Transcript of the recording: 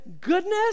goodness